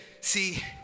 See